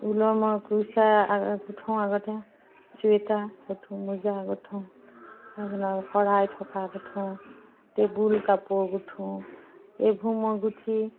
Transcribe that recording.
ওলৰ মই কুৰ্চা গুঠো আগতে চুৱেটাৰ গোঠো মোজা গুঠো শৰাই থকা গুঠো টেবুল কাপোৰ গুঠোঁ এইবোৰ মই গুঠি